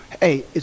Hey